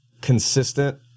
consistent